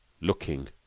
looking